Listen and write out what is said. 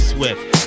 Swift